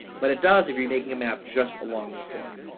but it does if you're making a map just along this line.